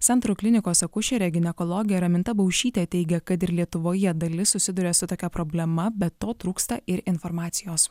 centro klinikos akušerė ginekologė raminta baušytė teigia kad ir lietuvoje dalis susiduria su tokia problema be to trūksta ir informacijos